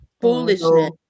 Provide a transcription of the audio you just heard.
Foolishness